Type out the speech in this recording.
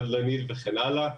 נדל"נית וכן הלאה.